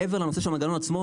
מעבר לנושא של המנגנון עצמו,